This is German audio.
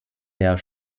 der